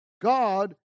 God